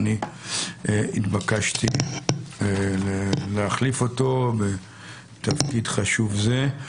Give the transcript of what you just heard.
אז התבקשתי להחליף אותו בתפקיד חשוב זה,